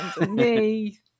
underneath